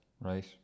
right